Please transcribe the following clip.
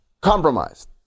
compromised